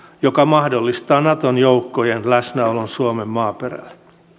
joka mahdollistaa naton joukkojen läsnäolon suomen maaperällä